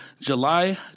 July